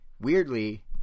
weirdly